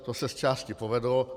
To se z části povedlo.